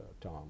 Tom